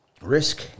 Risk